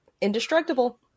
Indestructible